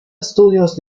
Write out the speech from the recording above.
estudios